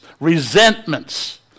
resentments